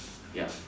yup